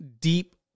deep